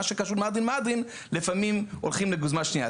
כשר מהדרין מהדרין לפעמים הולכים לגוזמה שנייה.